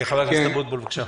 חבר הכנסת אבוטבול, בבקשה.